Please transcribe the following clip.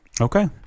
okay